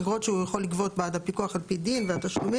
האגרות שהוא יכול לגבות בעד הפיקוח על פי דין והתשלומים,